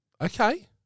Okay